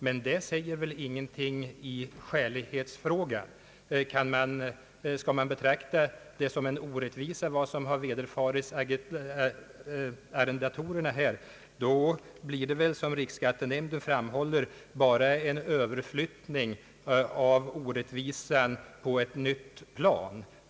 Men det säger väl ingenting om skälighetsfrågan. Skall man se det som vederfarits arrendatorerna som en orättvisa, blir det väl, som riksskattenämnden framhåller, bara en överflyttning av orättvisan på ett nytt plan.